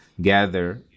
gather